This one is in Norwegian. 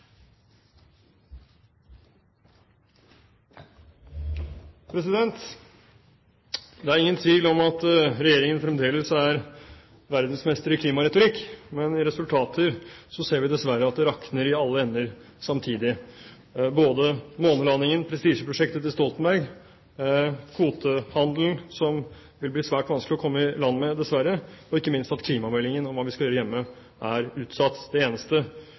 Det er ingen tvil om at Regjeringen fremdeles er verdensmester i klimaretorikk, men i resultater ser vi dessverre at det rakner i alle ender samtidig – månelandingen, prestisjeprosjektet til Stoltenberg, kvotehandelen, som det dessverre vil bli svært vanskelig å komme i land med, og, ikke minst, at klimameldingen om hva vi skal gjøre hjemme, er utsatt. Det eneste